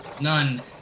None